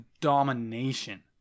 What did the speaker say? domination